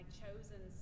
chosen